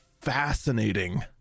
fascinating